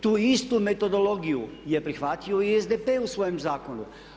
Tu istu metodologiju je prihvatio i SDP u svojem zakonu.